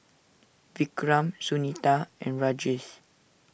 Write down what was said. Vikram Sunita and Rajesh